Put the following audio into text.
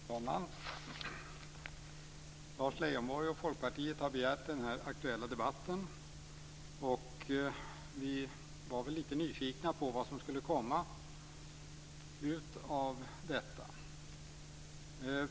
Fru talman! Lars Leijonborg och Folkpartiet har begärt denna aktuella debatt. Vi var litet nyfikna på vad som skulle komma ut av detta.